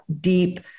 deep